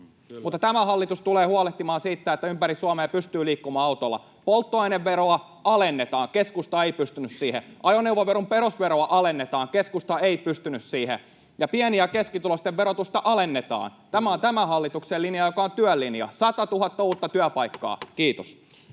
Mutta tämä hallitus tulee huolehtimaan siitä, että ympäri Suomea pystyy liikkumaan autolla. Polttoaineveroa alennetaan — keskusta ei pystynyt siihen. Ajoneuvoveron perusveroa alennetaan — keskusta ei pystynyt siihen — ja pieni- ja keskituloisten verotusta alennetaan. Tämä on tämän hallituksen linja, joka on työn linja: 100 000 uutta työpaikkaa. — Kiitos.